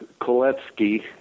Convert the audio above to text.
Koletsky